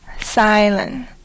silent